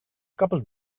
couple